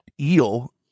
eel